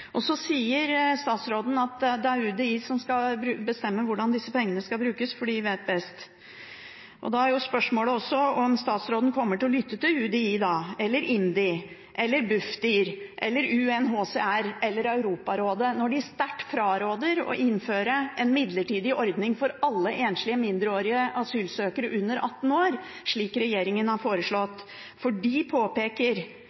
bestemme hvordan disse pengene skal brukes, for de vet best. Da er spørsmålet også om statsråden kommer til å lytte til UDI eller IMDi eller Bufdir eller UNHCR eller Europarådet når de sterkt fraråder å innføre en midlertidig ordning for alle enslige mindreårige asylsøkere under 18 år, slik regjeringen har